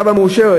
תמ"א מאושרת,